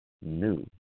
new